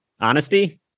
Honesty